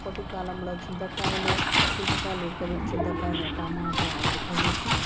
అప్పటి కాలంలో చింతకాయను చింతకాయలు ఉడకబెట్టి చింతకాయ టమాట ఉడకబెట్టి